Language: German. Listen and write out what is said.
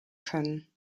können